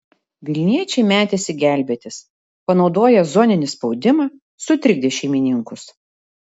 vilniečiai metėsi gelbėtis panaudoję zoninį spaudimą sutrikdė šeimininkus